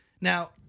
Now